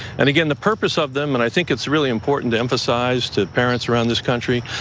and again, the purpose of them, and i think it's really important to emphasize to parents around this country,